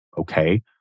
okay